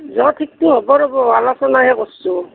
ঠিকটো হ'ব ৰ'ব আলোচনাহে কৰিছোঁ